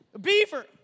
Beaver